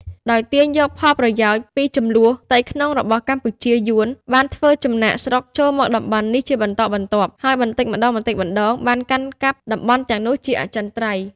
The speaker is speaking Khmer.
ដោយទាញយកផលប្រយោជន៍ពីជម្លោះផ្ទៃក្នុងរបស់កម្ពុជា យួនបានធ្វើចំណាកស្រុកចូលមកតំបន់នេះជាបន្តបន្ទាប់ ហើយបន្តិចម្តងៗបានកាន់កាប់តំបន់ទាំងនោះជាអចិន្ត្រៃយ៍។